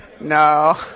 No